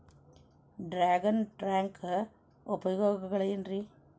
Dragon ಟ್ಯಾಂಕ್ ಉಪಯೋಗಗಳೆನ್ರಿ?